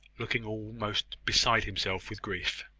looking almost beside himself with grief.